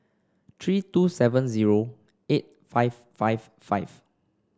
three two seven zero eight five five five